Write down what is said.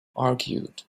argued